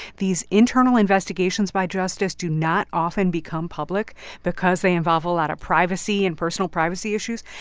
these internal investigations by justice do not often become public because they involve a lot of privacy and personal privacy issues.